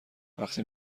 وقتی